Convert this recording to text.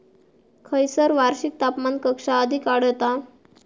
खैयसर वार्षिक तापमान कक्षा अधिक आढळता?